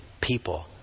people